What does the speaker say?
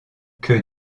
que